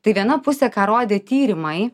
tai viena pusė ką rodė tyrimai